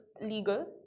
legal